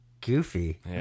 goofy